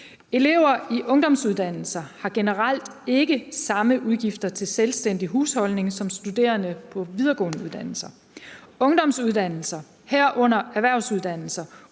Elever i ungdomsuddannelser har generelt ikke samme udgifter til selvstændig husholdning som studerende på videregående uddannelser. Ungdomsuddannelser, herunder erhvervsuddannelser,